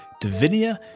Davinia